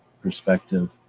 Perspective